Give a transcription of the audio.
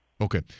Okay